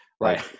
right